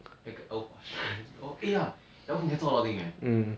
一个 alpha strike eh ya 可以做 a lot of thing leh